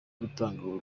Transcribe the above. gutanga